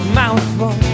mouthful